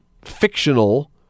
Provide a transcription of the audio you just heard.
fictional